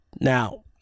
Now